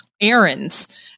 errands